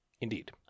Indeed